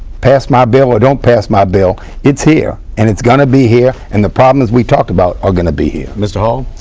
pass my bill or don't pass my bill, it's here and it's going to be here and the problems we talked about are going to be here. mr. hall.